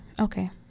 Okay